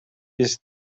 ist